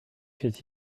fait